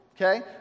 okay